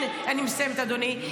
אני מסיימת, אדוני.